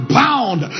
bound